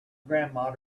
grandma